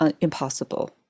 impossible